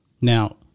now